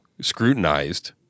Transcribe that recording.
scrutinized